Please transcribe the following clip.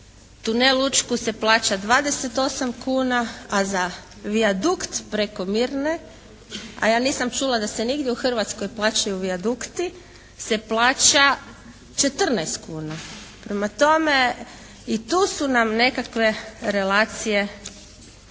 tunel Učku se plaća 28 kuna, a za vijadukt preko mirne, a ja nisam čula da se nigdje u Hrvatskoj plaćaju vijadukti se plaća 14 kuna. Prema tome, i tu su nam nekakve relacije u